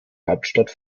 hauptstadt